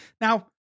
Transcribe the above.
Now